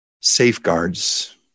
safeguards